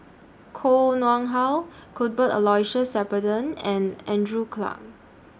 Koh Nguang How Cuthbert Aloysius Shepherdson and Andrew Clarke